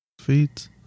feet